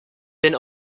been